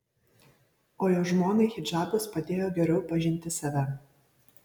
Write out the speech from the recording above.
o jo žmonai hidžabas padėjo geriau pažinti save